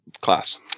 class